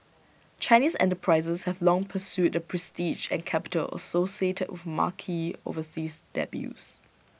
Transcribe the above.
Chinese enterprises have long pursued the prestige and capital associated with marquee overseas debuts